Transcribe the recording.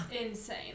insane